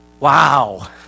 Wow